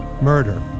Murder